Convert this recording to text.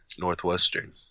Northwestern